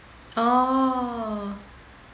oh